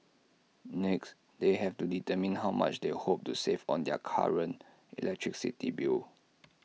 next they have to determine how much they hope to save on their current electricity bill